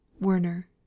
Werner